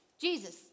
Jesus